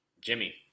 Jimmy